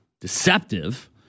Deceptive